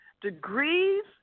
Degrees